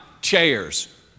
chairs